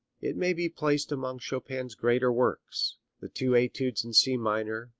it may be placed among chopin's greater works the two etudes in c minor,